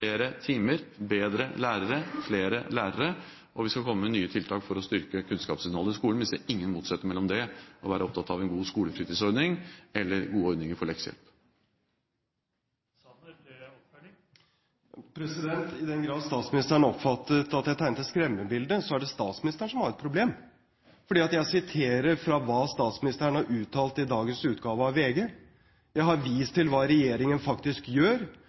er det statsministeren som har et problem, fordi jeg siterer fra hva statsministeren har uttalt i dagens utgave av VG. Jeg har vist til hva regjeringen faktisk gjør,